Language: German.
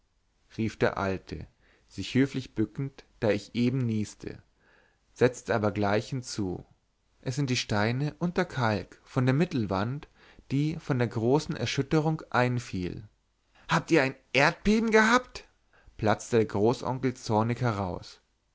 rief der alte sich höflich bückend da ich eben nieste setzte aber gleich hinzu es sind die steine und der kalk von der mittelwand die von der großen erschütterung einfiel habt ihr ein erdbeben gehabt platzte der großonkel zornig heraus